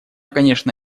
конечно